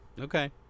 okay